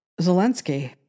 Zelensky